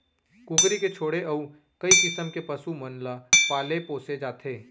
कुकरी के छोड़े अउ कई किसम के पसु मन ल पाले पोसे जाथे